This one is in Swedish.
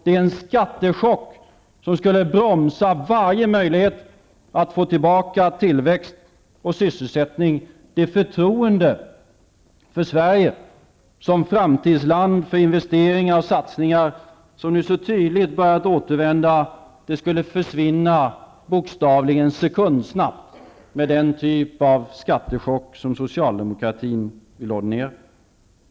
Det är en skattechock som skulle bromsa alla möjligheter att få tillbaka tillväxt och sysselsättning. Det förtroende för Sverige som ett framtidsland för investeringar och satsningar som nu så tydligt börjar återvända skulle bokstavligen försvinna sekundsnabbt med den typ av skattechock som socialdemokratin ordinerar.